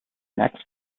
next